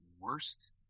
worst